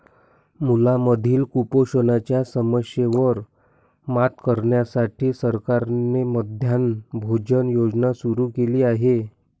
मुलांमधील कुपोषणाच्या समस्येवर मात करण्यासाठी सरकारने मध्यान्ह भोजन योजना सुरू केली आहे